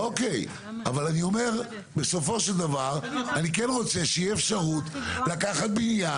אני רוצה להתייחס בבקשה לנושא הזה,